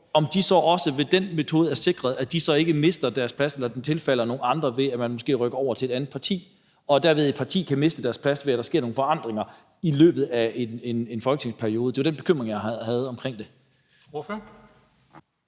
i år, så også ved den metode er sikret, at de ikke mister deres plads, eller at den tilfalder nogle andre, ved at man måske er rykket over til et andet parti – at et parti kan miste deres plads, ved at der sker nogle forandringer i løbet af en folketingsperiode. Det var den bekymring, jeg havde omkring det.